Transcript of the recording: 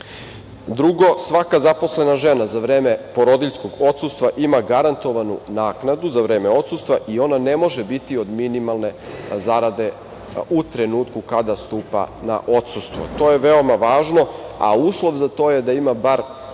svaka zaposlena žena za vreme porodiljskog odsustva ima garantovanu naknadu za vreme odsustva i ona ne može biti od minimalne zarade u trenutku kada stupa na odsustvo. To je veoma važno, a uslov za to je da ima bar